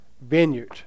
vineyard